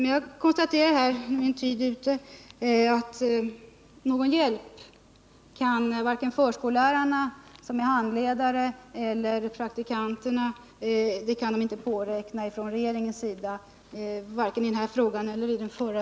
Min tid är ute, men jag konstaterar att någon hjälp kan varken förskollärarna, som är handledare, eller praktikanterna påräkna från regeringens sida.